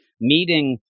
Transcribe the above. meeting